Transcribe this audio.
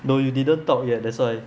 no you didn't talk ya that's why